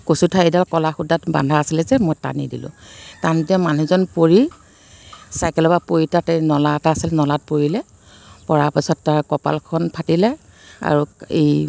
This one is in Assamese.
কচু ঠাৰিডাল ক'লা সূতাত বন্ধা আছিলে যে মই টানি দিলোঁ টানোঁতে মানুহজন পৰি চাইকেলৰ পৰা পৰি তাতে নলা এটা আছিল নলাত পৰিলে পৰাৰ পাছত তাৰ কঁপালখন ফাটিলে আৰু এই